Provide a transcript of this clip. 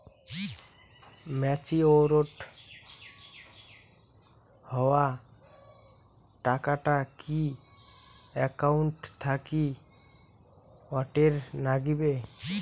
Matured হওয়া টাকাটা কি একাউন্ট থাকি অটের নাগিবে?